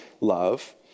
love